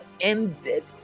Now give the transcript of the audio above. ended